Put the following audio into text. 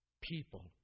people